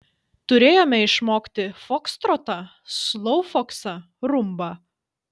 turėjome išmokti fokstrotą sloufoksą rumbą